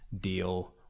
deal